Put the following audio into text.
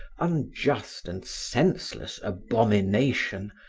unjust and senseless abomination,